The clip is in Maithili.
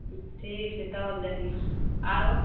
ठीक छै तौल देलियै हँ आरो